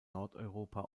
nordeuropa